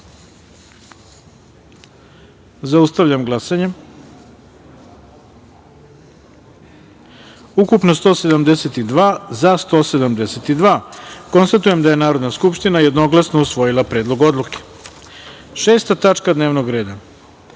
jedinici. Zaustavljam glasanje: ukupno – 172, za – 172.Konstatujem da je Narodna skupština jednoglasno usvojila Predlog odluke. Šesta tačka dnevnog reda